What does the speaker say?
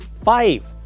five